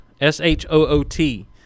S-H-O-O-T